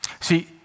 See